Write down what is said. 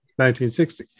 1960